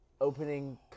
opening